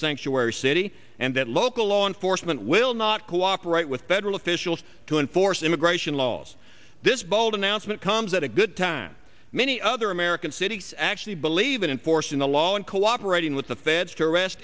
sanctuary city and that local law enforcement will not cooperate with federal officials to enforce immigration laws this bold announcement comes at a good time many other american cities actually believe in enforcing the law and cooperating with the feds